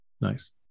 Nice